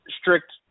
strict